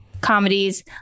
comedies